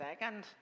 second